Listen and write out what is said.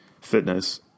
fitness